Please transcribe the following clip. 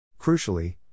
Crucially